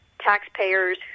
taxpayers